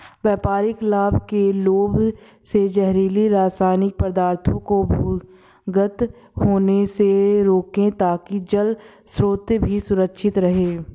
व्यापारिक लाभ के लोभ से जहरीले रासायनिक पदार्थों को भूमिगत होने से रोकें ताकि जल स्रोत भी सुरक्षित रहे